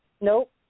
Nope